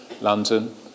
London